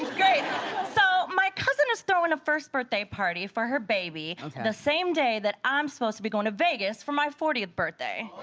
so my cousin is throwing a first birthday party for her baby the same day that i'm supposed to be going to vegas for my fortieth birthday.